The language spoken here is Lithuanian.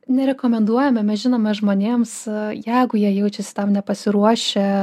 nerekomenduojame mes žinome žmonėms jeigu jie jaučiasi tam nepasiruošę